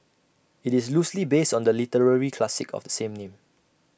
IT is loosely based on the literary classic of the same name